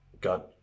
got